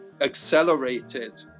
accelerated